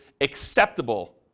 acceptable